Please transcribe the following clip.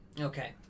Okay